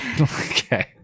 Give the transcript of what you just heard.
Okay